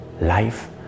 life